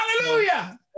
Hallelujah